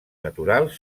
naturals